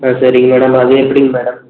ம் சரிங்க மேடம் அது எப்படிங் மேடம்